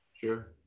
Sure